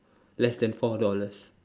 less than four dollars